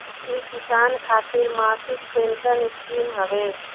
इ किसान खातिर मासिक पेंसन स्कीम हवे